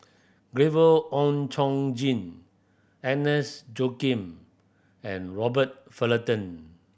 Gabriel Oon Chong Jin Agnes Joaquim and Robert Fullerton